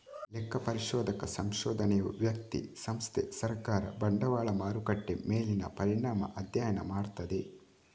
ಲೆಕ್ಕ ಪರಿಶೋಧಕ ಸಂಶೋಧನೆಯು ವ್ಯಕ್ತಿ, ಸಂಸ್ಥೆ, ಸರ್ಕಾರ, ಬಂಡವಾಳ ಮಾರುಕಟ್ಟೆ ಮೇಲಿನ ಪರಿಣಾಮ ಅಧ್ಯಯನ ಮಾಡ್ತದೆ